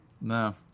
No